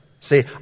See